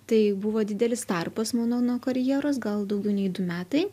tai buvo didelis tarpas mano nuo karjeros gal daugiau nei du metai